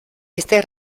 este